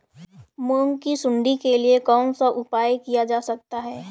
मूंग की सुंडी के लिए कौन सा उपाय किया जा सकता है?